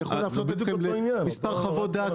אני יכול להפנות אתכם למספר חוות דעת